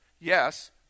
Yes